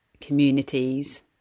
communities